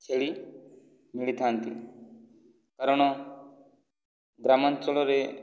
ଛେଳି ମିଳିଥାନ୍ତି କାରଣ ଗ୍ରାମାଞ୍ଚଳରେ